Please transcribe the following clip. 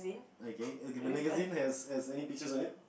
okay okay the magazine has any pieces on it